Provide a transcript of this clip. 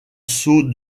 sceau